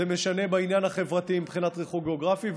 זה משנה בעניין החברתי מבחינת מיקום גאוגרפי,